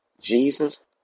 Jesus